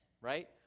right